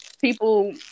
people